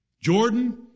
Jordan